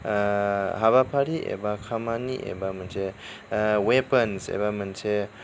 हाबाफारि एबा खामानि एबा मोनसे वेपन एबा मोनसे